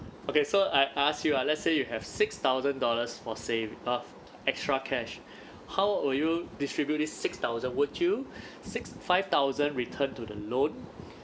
okay so I ask you ah let's say you have six thousand dollars for saving up extra cash how will you distribute this six thousand would you six five thousand return to the loan